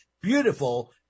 beautiful